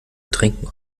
trinken